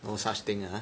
no such thing ah